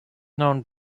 known